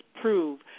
prove